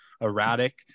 erratic